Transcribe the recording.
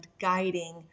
guiding